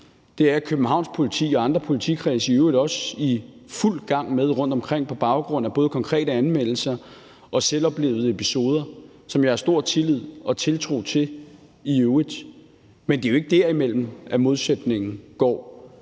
Det er Københavns Politi og andre politikredse i øvrigt også i fuld gang med rundtomkring på baggrund af både konkrete anmeldelser og selvoplevede episoder, og det har jeg i øvrigt stor tillid og tiltro til. Men det er jo ikke derimellem, at modsætningen går.